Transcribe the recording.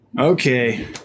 Okay